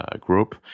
group